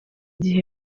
gihe